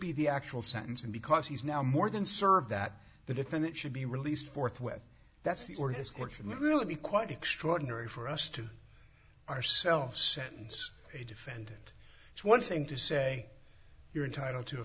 be the actual sentence and because he is now more than serve that the defendant should be released forthwith that's the or his or shouldn't really be quite extraordinary for us to ourselves sentence a defendant it's one thing to say you're entitle to a